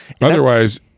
Otherwise